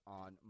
on